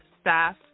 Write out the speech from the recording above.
staff